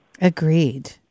Agreed